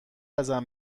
ازت